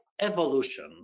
evolution